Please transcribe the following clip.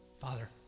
Father